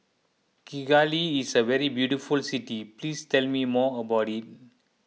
Kigali is a very beautiful city please tell me more about it